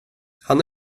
han